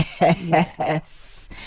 Yes